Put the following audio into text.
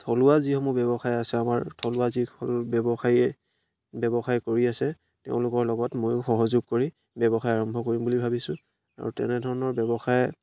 থলুৱা যিসমূহ ব্যৱসায় আছে আমাৰ থলুৱা যিসকল ব্যৱসায়ীয়ে ব্যৱসায় কৰি আছে তেওঁলোকৰ লগত ময়ো সহযোগ কৰি ব্যৱসায় আৰম্ভ কৰিম বুলি ভাবিছোঁ আৰু তেনেধৰণৰ ব্যৱসায়